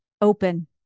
open